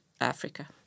Africa